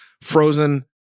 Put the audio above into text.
frozen